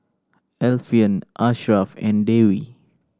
Alfian Asharaff and Dewi